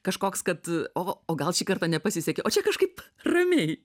kažkoks kad o o gal šį kartą nepasisekė o čia kažkaip ramiai